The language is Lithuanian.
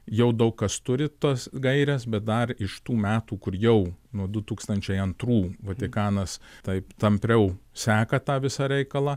jau daug kas turi tas gaires bet dar iš tų metų kur jau nuo du tūkstančiai antrų vatikanas taip tampriau seka tą visą reikalą